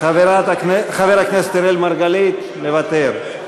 חבר הכנסת אראל מרגלית, מוותר.